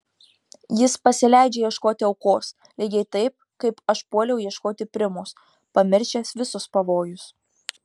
jis pasileidžia ieškoti aukos lygiai taip kaip aš puoliau ieškoti primos pamiršęs visus pavojus